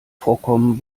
vorkommen